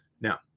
Now